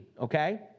okay